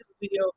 video